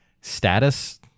status